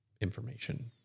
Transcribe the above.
information